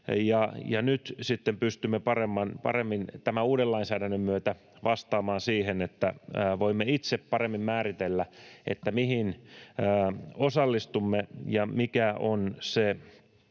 pystymme paremmin tämän uuden lainsäädännön myötä vastaamaan siihen, että voimme itse paremmin määritellä, mihin osallistumme ja mikä on se